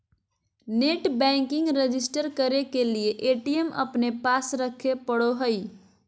net banking register करे के लिए ए.टी.एम अपने पास रखे पड़ो हइ